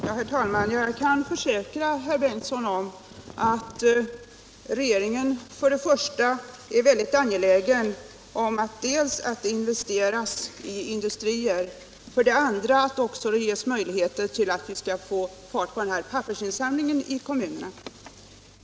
Herr talman! Jag kan försäkra herr Ingemund Bengtsson att regeringen är väldigt angelägen om för det första att det investera§ i industrier och för det andra att det ges sådana möjligheter att vi får fart på pappersinsamlingen i kommunerna.